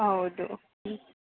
ಹೌದು ಹ್ಞೂ